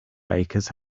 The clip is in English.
bakers